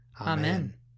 Amen